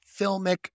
filmic